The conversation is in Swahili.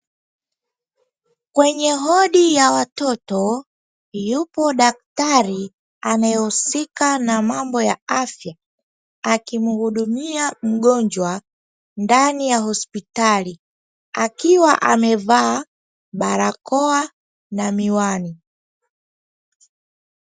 Kwenye wodi ya watoto yupo daktari anayehusika na mambo ya afya, akimhudumia mgonjwa ndani ya hospitali akiwa amevaa barakoa na miwani.